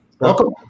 Welcome